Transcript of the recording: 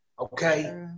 okay